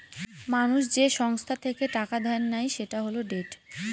মানুষ যে সংস্থা থেকে টাকা ধার নেয় সেটা হল ডেট